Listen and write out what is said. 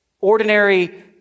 ordinary